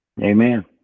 Amen